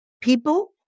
people